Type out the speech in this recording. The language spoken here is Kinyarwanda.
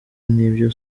nibyo